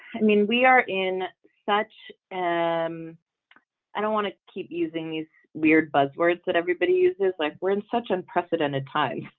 i mean we are in such and um i don't want to keep using these weird buzzwords that everybody uses like we're in such unprecedented time